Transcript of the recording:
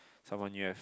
someone you have